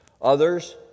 others